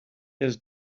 his